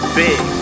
big